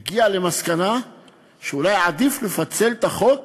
הוא הגיע למסקנה שאולי עדיף לפצל את החוק